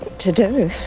to do.